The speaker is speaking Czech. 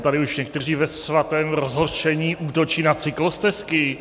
Tady už někteří ve svatém rozhořčení útočí na cyklostezky.